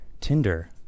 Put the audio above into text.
Tinder